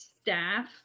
staff